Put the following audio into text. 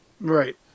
Right